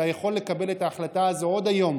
אתה יכול לקבל את ההחלטה הזאת עוד היום